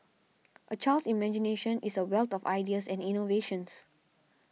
a child's imagination is a wealth of ideas and innovations